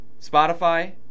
Spotify